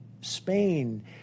spain